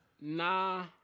Nah